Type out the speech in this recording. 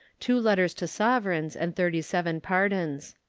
two letters to sovereigns, and thirty-seven pardons.